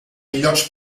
illots